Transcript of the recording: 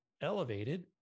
elevated